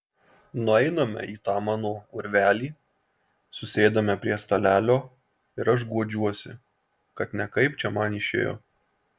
nueiname į tą mano urvelį susėdame prie stalelio ir aš guodžiuosi kad ne kaip čia man išėjo